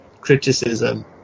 criticism